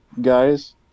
guys